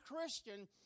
Christian